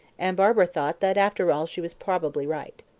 and barbara thought that after all she was probably right.